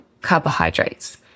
carbohydrates